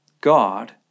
God